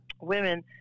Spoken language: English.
women